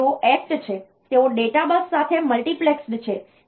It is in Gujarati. તેથી તેઓ એક્ટ છે તેઓ ડેટા બસ સાથે મલ્ટિપ્લેક્સ્ડ છે